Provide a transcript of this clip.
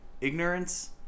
Ignorance